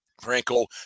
Franco